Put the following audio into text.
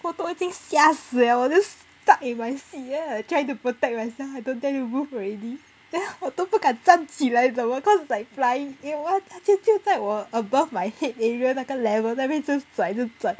我都已经吓死了我 just stuck in my seat then like trying to protect myself I don't dare to move already then 我都不敢站起来什么 cause it's like flying eh !wah! 它就就在 above my head area 那个 level 那边一直转一直转